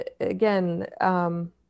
again